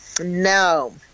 no